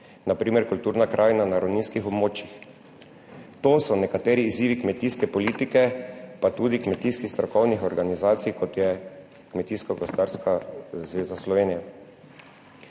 na primer kulturna krajina na ravninskih območjih. To so nekateri izzivi kmetijske politike, pa tudi kmetijskih strokovnih organizacij, kot je Kmetijsko gozdarska zveza Slovenije.